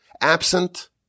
absent